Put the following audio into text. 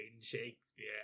Shakespeare